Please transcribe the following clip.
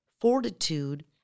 fortitude